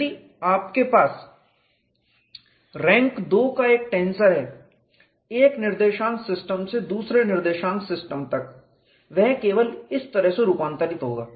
यदि आपके पास रैंक दो का टेंसर है एक निर्देशांक सिस्टम से दूसरे निर्देशांक सिस्टम तक यह केवल इस तरह से रूपांतरित होगा